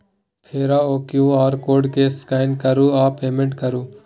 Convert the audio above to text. फेर ओ QR code केँ स्कैन करु आ पेमेंट करु